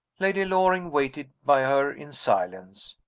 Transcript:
lady loring waited by her in silence.